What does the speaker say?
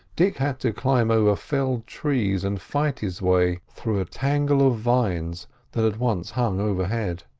dick had to climb over felled trees and fight his way through a tangle of vines that had once hung overhead.